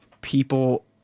People